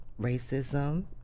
racism